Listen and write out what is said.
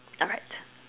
alright